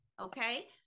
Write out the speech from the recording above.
Okay